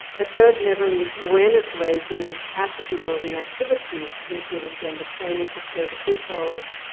a third level is awareness raising and capacity building activities, including gender training for state officials.